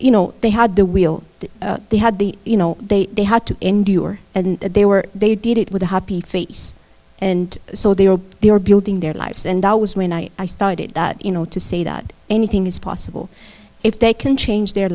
you know they had the will they had the you know they they had to endure and they were they did it with a happy face and so they were they were building their lives and i was when i i started you know to say that anything is possible if they can change their